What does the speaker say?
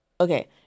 Okay